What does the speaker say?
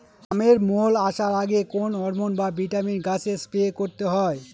আমের মোল আসার আগে কোন হরমন বা ভিটামিন গাছে স্প্রে করতে হয়?